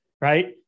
right